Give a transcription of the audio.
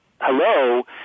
hello